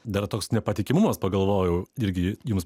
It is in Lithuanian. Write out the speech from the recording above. dar toks nepatikimumas pagalvojau irgi jums